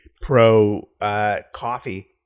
pro-coffee